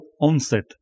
onset